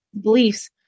beliefs